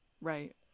Right